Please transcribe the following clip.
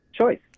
choice